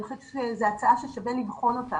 אני חושבת שזו הצעה ששווה לבחון אותה